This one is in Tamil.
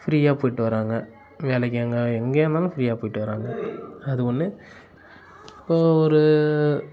ஃப்ரீயாக போய்ட்டு வராங்க வேலைக்கு அங்கே எங்கேயா இருந்தாலும் ஃப்ரீயாக போயிட்டு வராங்க அது ஒன்று இப்போது ஒரு